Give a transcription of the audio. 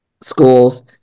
schools